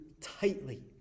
tightly